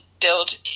build